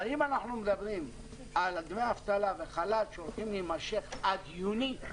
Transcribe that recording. אבל אם אנחנו מדברים על דמי אבטלה וחל"ת שהולכים להימשך עד יוני,